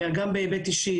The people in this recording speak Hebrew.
וגם בהיבט אישי,